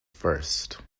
first